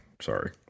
Sorry